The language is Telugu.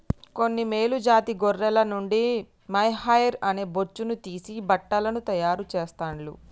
కొన్ని మేలు జాతి గొర్రెల నుండి మొహైయిర్ అనే బొచ్చును తీసి బట్టలను తాయారు చెస్తాండ్లు